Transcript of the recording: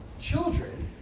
Children